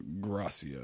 Gracia